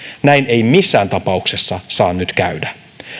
näin ei missään tapauksessa saa nyt käydä